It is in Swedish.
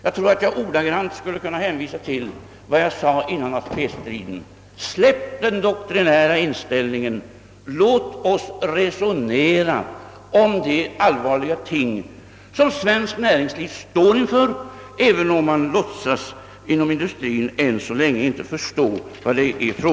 Jag tror att jag ordagrant skulle kunna hänvisa till vad jag sade innan ATP-striden började: Släpp den doktrinära inställningen, låt oss resonera om de allvarliga problem som svenskt näringsliv står inför, även om man på industrihåll låtsas än så länge inte förstå vad det gäller.